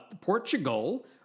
Portugal